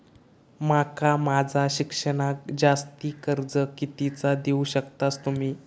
माका माझा शिक्षणाक जास्ती कर्ज कितीचा देऊ शकतास तुम्ही?